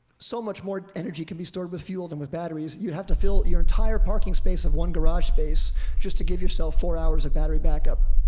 so much more energy can be stored with fuel than with batteries. you'd have to fill your entire parking space of one garage space just to give yourself four hours of battery backup.